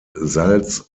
salz